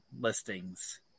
listings